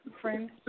friend